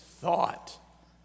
thought